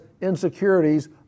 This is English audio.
insecurities